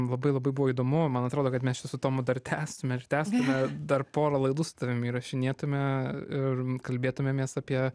labai labai buvo įdomu man atrodo kad mes čia su tomu dar tęstume ir tęstume dar pora laidų su tavim įrašinėtume ir kalbėtumėmės apie